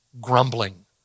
grumbling